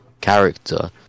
character